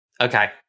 Okay